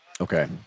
Okay